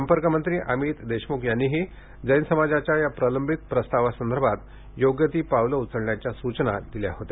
संपर्क मंत्री अमित देशम्ख यांनीही जैन समाजाच्या या प्रलंबित प्रस्तावासंदर्भात योग्य ती पावले उचलण्याच्या सूचना दिल्या होत्या